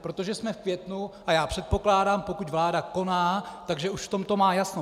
Protože jsme v květnu a já předpokládám, pokud vláda koná, tak že už v tomto má jasno.